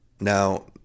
now